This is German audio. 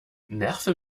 nerve